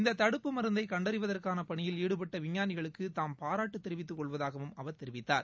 இந்த தடுப்பு மருந்தை கண்டறிவதற்கான பணியில் ஈடுபட்ட விஞ்ஞானிகளுக்கு தாம் பாராட்டு தெரிவித்துக் கொள்வதாகவும் அவர் தெரிவித்தார்